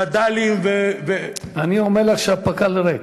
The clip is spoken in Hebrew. של וד"לים אני אומר לךְ שהפק"ל ריק.